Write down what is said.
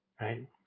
Right